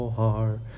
heart